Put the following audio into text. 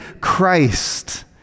Christ